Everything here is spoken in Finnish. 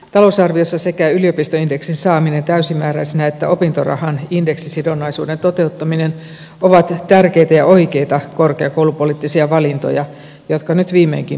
talousarviossa sekä yliopistoindeksin saaminen täysimääräisenä että opintorahan indeksisidonnaisuuden toteuttaminen ovat tärkeitä ja oikeita korkeakoulupoliittisia valintoja jotka nyt viimeinkin pannaan toimeen